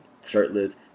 shirtless